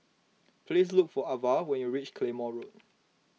please look for Avah when you reach Claymore Road